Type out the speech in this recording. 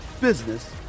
business